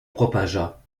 propagea